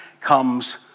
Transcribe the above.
comes